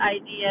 idea